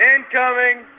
Incoming